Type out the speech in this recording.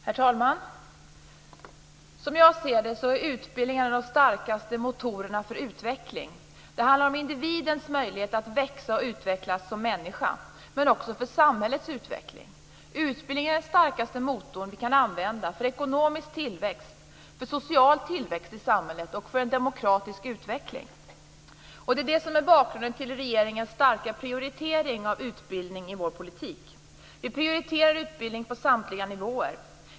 Herr talman! Som jag ser det är utbildning en av de starkaste motorerna för utveckling. Det handlar om individens möjlighet att växa och utvecklas som människa, men det handlar också om samhällets utveckling. Utbildning är de starkaste motor som vi kan använda för ekonomisk och social tillväxt i samhället och för en demokratisk utveckling. Det är detta som är bakgrunden till regeringens starka prioritering av utbildning i sin politik. Vi prioriterar utbildning på samtliga nivåer.